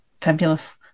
fabulous